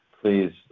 please